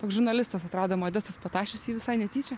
toks žurnalistas atrado modestas patašius jį visai netyčia